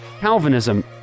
Calvinism